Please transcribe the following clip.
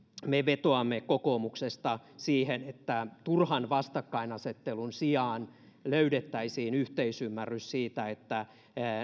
me vetoamme kokoomuksesta siihen että turhan vastakkainasettelun sijaan löydettäisiin yhteisymmärrys siitä että